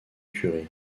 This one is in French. curie